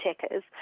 checkers